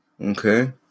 Okay